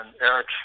Eric